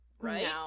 right